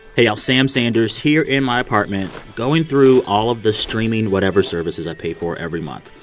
hey, y'all. sam sanders here in my apartment, going through all of the streaming whatever services i pay for every month.